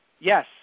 Yes